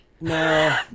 No